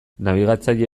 nabigatzaile